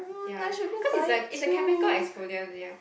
ya cause it's a it's a chemical exfoliant ya